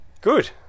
Good